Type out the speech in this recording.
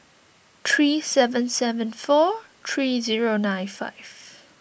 three seven seven four three zero nine five